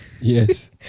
Yes